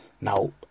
Now